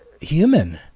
human